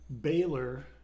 Baylor